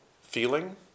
feeling